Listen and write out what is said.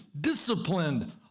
disciplined